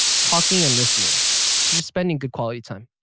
talking and listening. so just spending good quality time.